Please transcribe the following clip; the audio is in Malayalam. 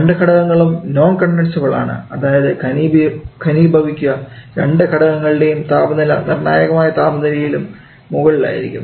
രണ്ടു ഘടകങ്ങളും നോൺ കൺഡെൻസിബിൾ ആണ് അതായത് ഖനീഭവിക്കുക രണ്ടു ഘടകങ്ങളുടെയും താപനില നിർണായകമായ താപനിലയിലും മുകളിലായിരിക്കും